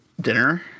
dinner